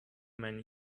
man